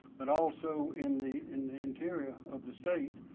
but also in the in the interior of the state.